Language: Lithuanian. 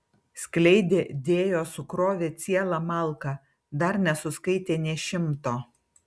skleidė dėjo sukrovė cielą malką dar nesuskaitė nė šimto